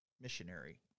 missionary